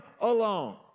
alone